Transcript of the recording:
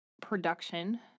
production